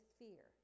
fear